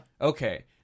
Okay